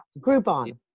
Groupon